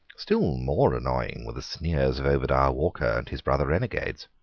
still more annoying were the sneers of obadiah walker and his brother renegades.